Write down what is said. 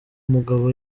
mugabo